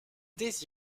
des